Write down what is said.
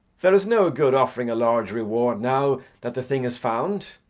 there is no good offering a large reward now that the thing is found.